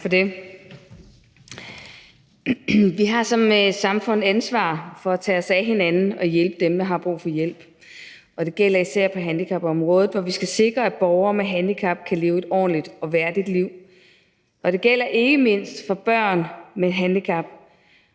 Vi har som samfund et ansvar for at tage os af hinanden og hjælpe dem, der har brug for hjælp, og det gælder især på handicapområdet, for vi skal sikre, at borgere med handicap kan leve et ordentligt og værdigt liv. Det gælder ikke mindst for børn med handicap